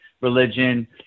religion